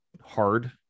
hard